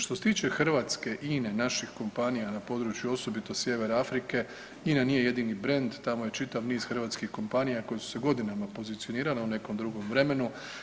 Što se tiče Hrvatske i naših kompanija na području osobito sjevera Afrike INA nije jedini brend, tamo je čitav niz hrvatskih kompanija koje su se godinama pozicionirale u nekom drugom vremenu.